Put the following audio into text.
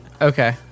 Okay